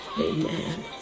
Amen